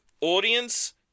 audience